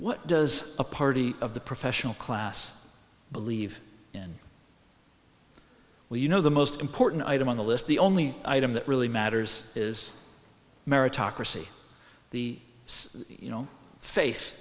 what does a party of the professional class believe in well you know the most important item on the list the only item that really matters is meritocracy the you know fa